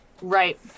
Right